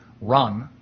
run